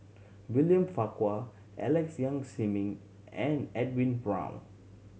William Farquhar Alex Yam Ziming and Edwin Brown